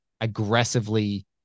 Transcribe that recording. aggressively